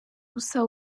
ubusa